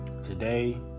today